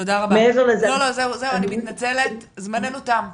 אני מתנצלת, זמננו תם.